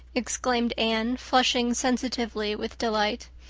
exclaimed anne, flushing sensitively with delight.